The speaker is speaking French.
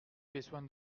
besoin